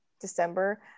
December